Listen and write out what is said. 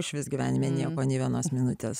išvis gyvenime nebuvo nė vienos minutės